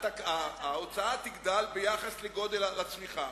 ההוצאה תגדל ביחס לצמיחה.